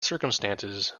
circumstances